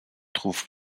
trouve